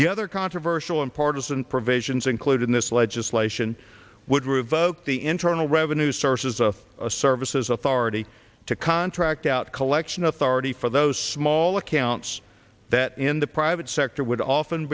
the other controversial and partisan provisions included in this legislation would revoke the internal revenue sources of sir mrs authority to contract out collection authority for those small accounts that in the private sector would often